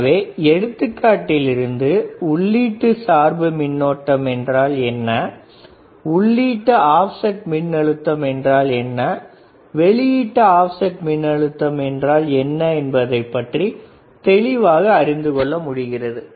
எனவே எடுத்துக்காட்டில் இருந்து உள்ளீட்டு சார்பு மின்னோட்டம் என்றால் என்ன உள்ளீட்டு ஆப்செட் மின்னழுத்தம் என்றால் என்ன வெளியீட்டு ஆப்செட் மின்னழுத்தம் என்றால் என்ன என்பதைப் பற்றி தெளிவாக அறிந்து கொள்ள முடிகிறது